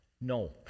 No